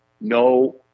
No